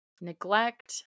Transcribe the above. neglect